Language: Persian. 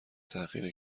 تحقیر